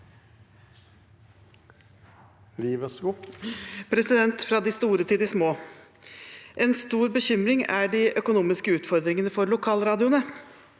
Fra de store til de små: En stor bekymring er de økonomiske utfordringene for lokalradioene.